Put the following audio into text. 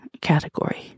category